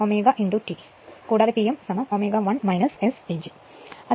അതിനാൽ കൂടാതെ Pm ω 1 S PG